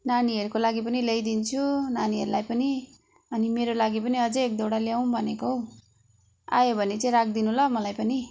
नानीहरूको लागि पनि ल्याइदिन्छु नानीहरूलाई पनि अनि मेरो लागि पनि अझै एक दुईवटा ल्याउँ भनेको हौ आयो भने चाहिँ राख्दिनु ल मलाई पनि